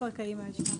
בבקשה.